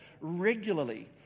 regularly